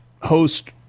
host